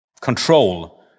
control